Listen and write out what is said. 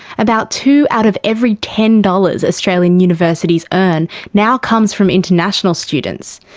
about two out of every ten dollars australian universities earn now comes from international students.